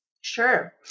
Sure